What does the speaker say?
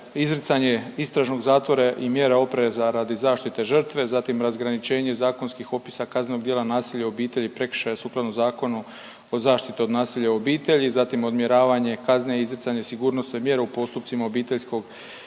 izricanje istražnog zatvora i mjera opreza radi zaštite žrtve, zatim razgraničenje zakonskih opisa kaznenog djela nasilja u obitelji, prekršaja sukladno Zakonu o zaštiti od nasilja u obitelji, zatim odmjeravanje kazne izricanja sigurnosne mjere u postupcima obiteljskog